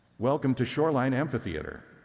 welcome to shoreline amphitheatre.